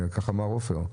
כך אמר עופר.